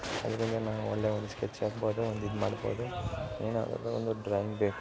ಅದರಿಂದ ನಾವು ಒಳ್ಳೆಯ ಒಂದು ಸ್ಕೆಚ್ ಹಾಕ್ಬೋದು ಒಂದು ಇದು ಮಾಡ್ಬೋದು ಏನಾದರೂ ಒಂದು ಡ್ರಾಯಿಂಗ್ ಬೇಕು